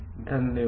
धन्यवाद